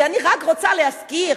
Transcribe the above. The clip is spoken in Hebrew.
אני רק רוצה להזכיר,